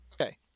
Okay